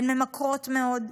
הן ממכרות מאוד,